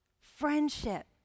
Friendship